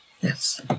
Yes